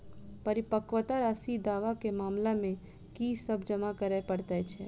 परिपक्वता राशि दावा केँ मामला मे की सब जमा करै पड़तै छैक?